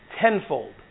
tenfold